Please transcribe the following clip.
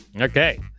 Okay